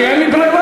כי אין לי ברירה.